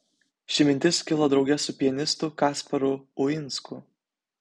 ši mintis kilo drauge su pianistu kasparu uinsku